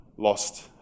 lost